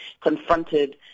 confronted